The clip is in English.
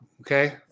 Okay